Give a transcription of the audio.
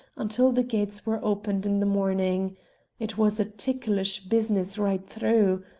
until the gates were opened in the morning it was a ticklish business right through.